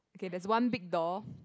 okay there's one big door